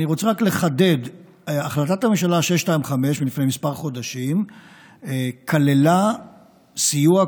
אני רוצה רק לחדד: החלטת הממשלה 625 מלפני כמה חודשים כללה סיוע,